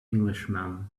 englishman